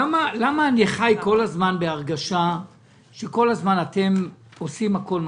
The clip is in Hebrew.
למה אני חי בהרגשה שאתם כל הזמן עושים את כל מה